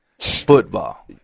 Football